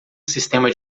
sistema